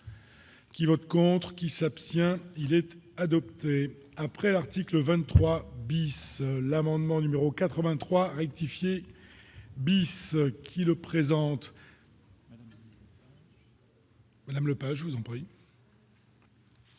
Qui vote contre qui s'abstient il adopté après l'article 23 bis, l'amendement numéro 83 rectifier bis qui le présente. Madame Lepage, je vous en prie.